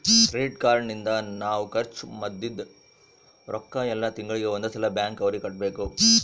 credit card ನಿಂದ ನಾವ್ ಖರ್ಚ ಮದಿದ್ದ್ ರೊಕ್ಕ ಯೆಲ್ಲ ತಿಂಗಳಿಗೆ ಒಂದ್ ಸಲ ಬ್ಯಾಂಕ್ ಅವರಿಗೆ ಕಟ್ಬೆಕು